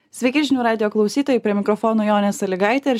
sveiki žinių radijo klausytojai prie mikrofono jonė salygaitė ir